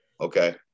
Okay